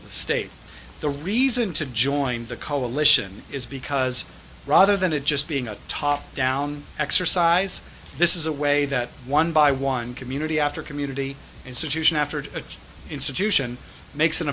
in the state the reason to join the coalition is because rather than it just being a top down exercise this is a way that one by one community after community institution after a institution makes an